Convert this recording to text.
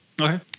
Okay